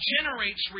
generates